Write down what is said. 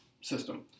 system